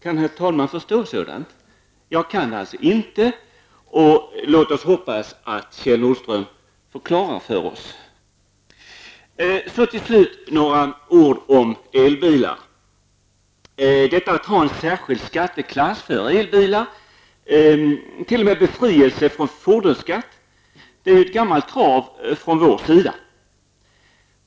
Kan herr talmannen förstå ett sådant handlande? Jag kan inte göra det. Men vi får hoppas att Kjell Nordström ger oss en förklaring. Till slut några ord om elbilarna. En särskild skatteklass för elbilar, ja, t.o.m. befrielse från fordonsskatt, är ju ett gammalt krav från vår sida.